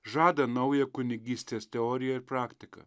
žada naują kunigystės teoriją ir praktiką